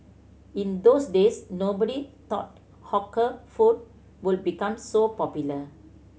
in those days nobody thought hawker food would become so popular